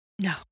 No